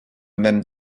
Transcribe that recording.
même